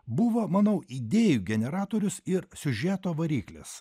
buvo manau idėjų generatorius ir siužeto variklis